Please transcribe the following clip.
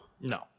No